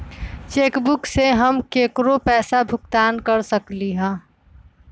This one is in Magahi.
चेक बुक से हम केकरो पैसा भुगतान कर सकली ह